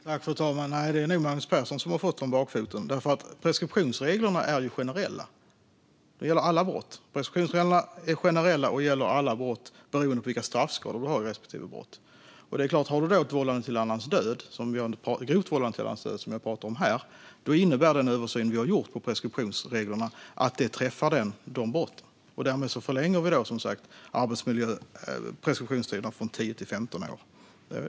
Fru talman! Nej, det är nog Magnus Persson som har fått det om bakfoten. Preskriptionsreglerna är generella och gäller alla brott beroende på vilka straffskalor vi har för respektive brott. Har vi då grovt vållande till annans död, som vi pratar om här, innebär den översyn vi har gjort av preskriptionsreglerna att de träffar de brotten. Därmed förlänger vi preskriptionstiden från 10 till 15 år.